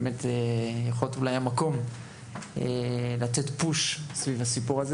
באמת זה יכול להיות אולי המקום לתת פוש סביב הסיפור הזה